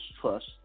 Trust